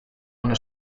una